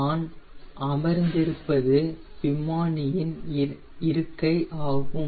நான் அமர்ந்திருப்பது விமானியின் இருக்கை ஆகும்